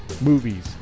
movies